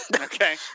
Okay